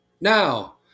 Now